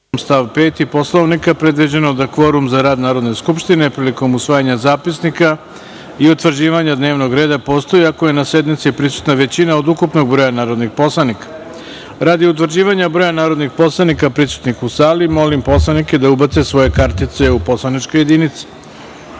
stav 5. Poslovnika predviđeno da kvorum za rad Narodne skupštine prilikom usvajanja zapisnika i utvrđivanje dnevnog reda postoji ako je na sednici prisutna većina od ukupnog broja narodnih poslanika. Radi utvrđivanja broja narodnih poslanika prisutnih u sali, molim poslanike da ubace svoje kartice u poslaničke jedinice.